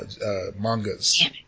mangas